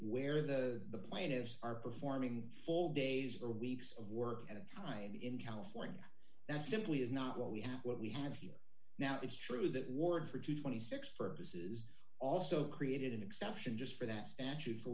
where the miners are performing full days or weeks of work at a time in california that simply is not what we have what we have here now it's true that ward for twenty six purposes also created an exception just for that statue for